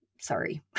Sorry